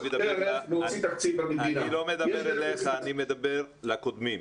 אני מדבר לקודמים.